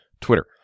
Twitter